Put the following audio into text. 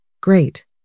Great